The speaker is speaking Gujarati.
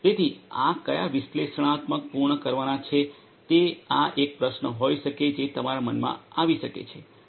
તેથી આ કયા વિશ્લેષણાત્મક પૂર્ણ કરવાના છે તે આ એક પ્રશ્ન હોઈ શકે છે જે તમારા મનમાં આવી શકે છે